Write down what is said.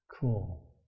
Cool